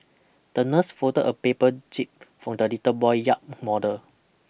the nurse folded a paper jib for the little boy yacht model